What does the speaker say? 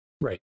Right